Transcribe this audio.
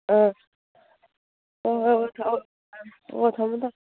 ꯑ ꯍꯣꯏ ꯍꯣꯏ ꯍꯣꯏ ꯑꯣ ꯊꯝꯃꯣ ꯊꯝꯃꯣ